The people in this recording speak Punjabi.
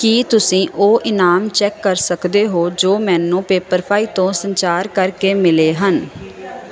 ਕੀ ਤੁਸੀਂਂ ਉਹ ਇਨਾਮ ਚੈੱਕ ਕਰ ਸਕਦੇ ਹੋ ਜੋ ਮੈਨੂੰ ਪੈਪਰਫ੍ਰਾਈ ਤੋਂ ਸੰਚਾਰ ਕਰ ਕੇ ਮਿਲੇ ਹਨ